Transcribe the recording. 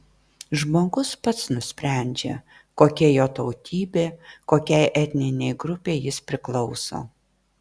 žmogus pats nusprendžia kokia jo tautybė kokiai etninei grupei jis priklauso